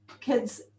kids